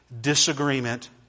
disagreement